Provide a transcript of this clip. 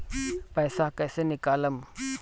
पैसा कैसे निकालम?